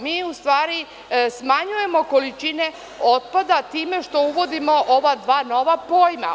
Mi u stvari smanjujemo količine otpada time što uvodimo ova dva nova pojma.